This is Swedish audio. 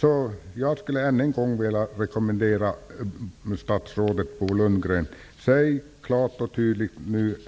Därför vill jag än en gång rekommendera statsrådet Bo Lundgren att klart och tydligt